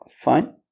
fine